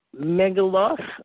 Megaloth